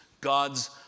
God's